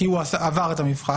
כי הוא עבר את המבחן,